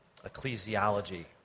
Ecclesiology